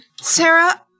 Sarah